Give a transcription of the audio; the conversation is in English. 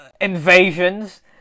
invasions